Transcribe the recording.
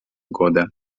года